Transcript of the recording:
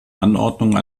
anordnungen